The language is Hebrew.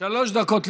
שלוש דקות לרשותך,